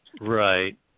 Right